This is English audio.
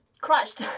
crushed